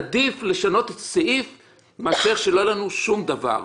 עדיף לשנות סעיף מאשר שלא יהיה לנו שום דבר.